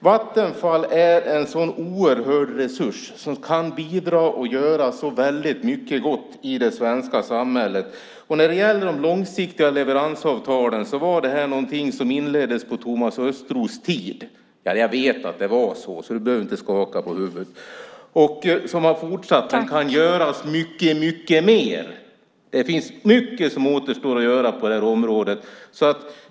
Vattenfall är en sådan oerhörd resurs som kan bidra och göra så väldigt mycket gott i det svenska samhället. De långsiktiga leveransavtalen var någonting som inleddes på Thomas Östros tid - jag vet att det var på det sättet så du behöver inte skaka på huvudet - och som har fortsatt. Det kan göras mycket mer. Det finns mycket som återstår att göra på det här området.